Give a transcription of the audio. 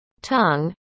tongue